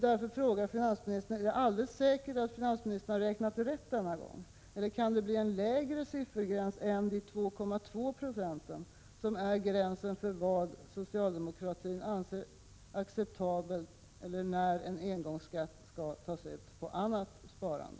Därför frågar jag finansministern: Är det alldeles säkert att finansministern räknat rätt denna gång, eller kan det bli en lägre gräns än 2,2 96 för vad socialdemokratin anser acceptabelt eller när en engångsskatt skall tas ut på annat sparande?